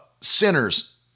sinners